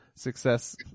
Success